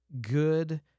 good